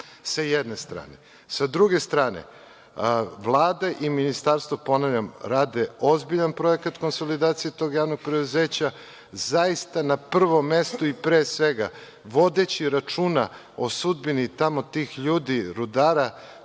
sa jedne strane. Sa druge strane, Vlada i Ministarstvo, ponavljam, rade ozbiljan projekat konsolidacije tog javnog preduzeća, zaista, na prvom mestu i pre svega vodeći računa o sudbini tamo tih ljudi, rudara